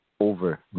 Over